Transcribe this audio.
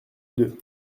deux